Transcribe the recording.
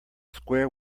square